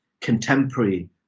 contemporary